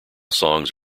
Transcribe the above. songs